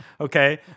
okay